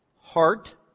heart